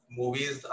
movies